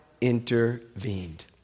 intervened